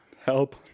Help